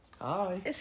hi